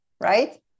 right